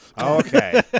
Okay